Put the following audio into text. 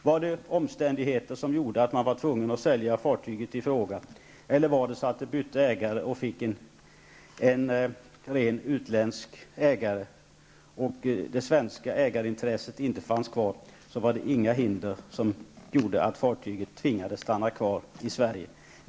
Det var omständigheter som gjorde att man var tvungen att sälja fartyg. Om ett fartyg bytte ägare och fick en ren utländsk ägare och det svenska ägarintresset inte fanns kvar, var det ingenting som tvingade det att stanna kvar i Sverige.